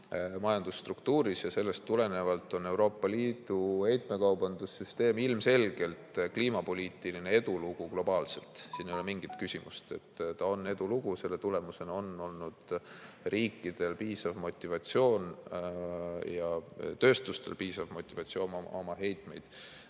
majandusstruktuuris ja sellest tulenevalt on Euroopa Liidu heitmekaubanduse süsteem ilmselgelt kliimapoliitiline edulugu globaalselt, siin ei ole mingit küsimust. See on edulugu. Selle tulemusena on olnud riikidel piisav motivatsioon ja tööstustel piisav motivatsioon oma heitmeid